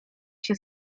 się